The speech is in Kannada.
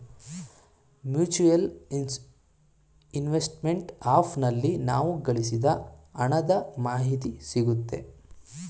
ಮ್ಯೂಚುಯಲ್ ಇನ್ವೆಸ್ಟ್ಮೆಂಟ್ ಆಪ್ ನಲ್ಲಿ ನಾವು ಗಳಿಸಿದ ಹಣದ ಮಾಹಿತಿ ಸಿಗುತ್ತೆ